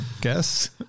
guess